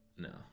No